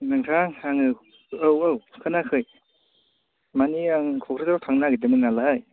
नोंथां आङो औ औ खोनायाखै माने आं क'क्राझाराव थांनो नागेरदोंमोन नालाय